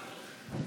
כן.